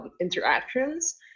interactions